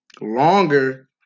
longer